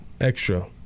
extra